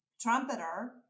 trumpeter